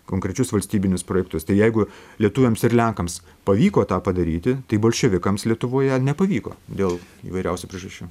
konkrečius valstybinius projektus tai jeigu lietuviams ir lenkams pavyko tą padaryti tai bolševikams lietuvoje nepavyko dėl įvairiausių priežasčių